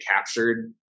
captured